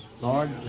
Lord